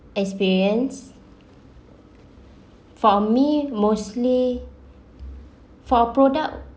experience for me mostly for product